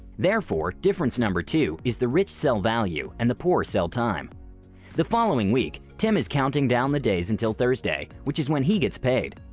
therefore, difference number two is the rich sell value and the poor sell time the following week, tim is counting down the days until thursday which is when he gets paid.